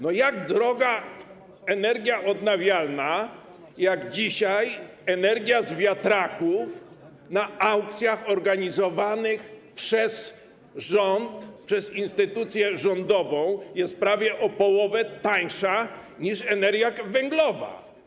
No jak to droga energia odnawialna, skoro dzisiaj energia z wiatraków na aukcjach organizowanych przez rząd, przez instytucję rządową jest prawie o połowę tańsza niż energia węglowa?